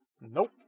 Nope